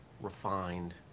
Refined